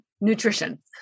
nutrition